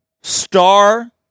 star